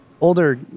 older